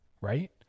right